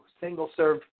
single-serve